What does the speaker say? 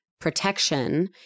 protection